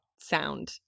sound